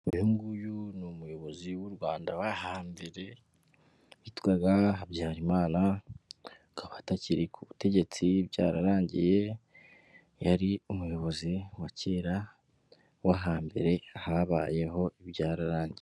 Uyu nguyu ni umuyobozi w'u Rwanda w'ahambere witwaga Habyarimanaba akaba atakiri ku butegetsi, byararangiye yari umuyobozi wa kera w'ahambere habayeho byararangiye.